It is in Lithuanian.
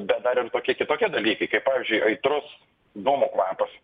bet dar ir tokie kitokie dalykai kaip pavyzdžiui aitrus dūmų kvapas